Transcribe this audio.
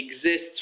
exists